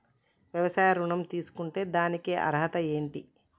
వ్యవసాయ ఋణం తీసుకుంటే దానికి అర్హతలు ఏంటి?